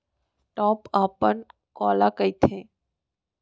Top अपन काला कहिथे?